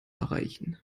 erreichen